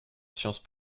sciences